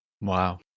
Wow